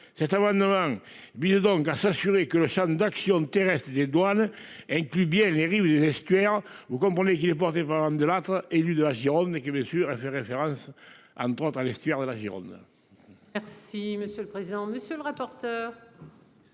Cette loi no 1. Donc à s'assurer que le Champ d'action terrestre des douanes inclut bien les rives de l'estuaire. Vous comprenez qu'il est porté par Delattre, élus de la Gironde, mais que bien sûr, elle fait référence à 30 à l'estuaire de la Gironde. Merci monsieur le président, monsieur le rapporteur.